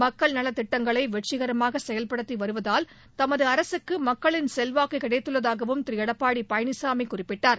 மக்கள் நலத் திட்டங்களை வெற்றிகரமாக செயல்படுத்தி வருவதால் தமது அரசுக்கு மக்களின் செல்வாக்கு கிடைத்துள்ளதாகவும் திரு எடப்பாடி பழனிசாமி குறிப்பிட்டார்